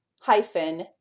hyphen